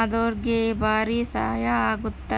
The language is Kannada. ಅದೊರ್ಗೆ ಬಾರಿ ಸಹಾಯ ಅಗುತ್ತ